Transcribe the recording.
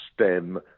stem